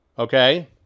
Okay